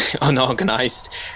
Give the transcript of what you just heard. unorganized